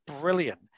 brilliant